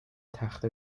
تخته